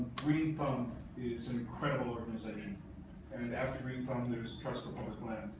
green thumb is an incredible organization and after green thumb there's trust for public land.